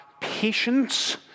patience